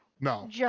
No